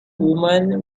woman